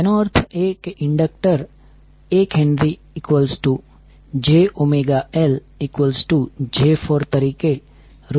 તેનો અર્થ એ કે ઇન્ડક્ટર 1H⇒jωL j4 તરીકે રૂપાંતરિત થશે